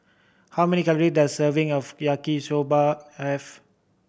how many calory does a serving of Yaki Soba have